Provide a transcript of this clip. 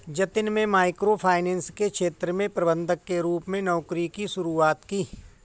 जतिन में microfinance के क्षेत्र में प्रबंधक के रूप में नौकरी की शुरुआत की